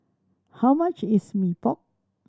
how much is Mee Pok